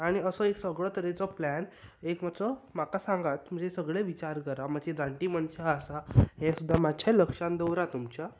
आनी असो एक सगळो तरेचो प्लॅन एक मात्सो म्हाका सांगात म्हणजे सगले विचार करात मात्शी जाण्टी मनशां आसात हें सुद्दां मात्शें लक्षांत दवरात तुमच्या